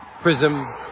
Prism